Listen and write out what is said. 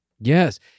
Yes